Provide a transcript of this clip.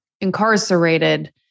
incarcerated